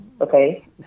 okay